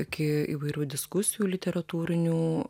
iki įvairių diskusijų literatūrinių